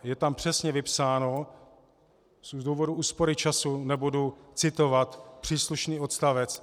Je tam přesně vypsáno z důvody úspory času nebudu citovat příslušný odstavec.